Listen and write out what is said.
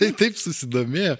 tai taip susidomėjo